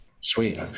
sweet